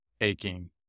aching